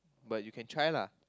but you can try lah